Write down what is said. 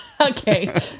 okay